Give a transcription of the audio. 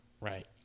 right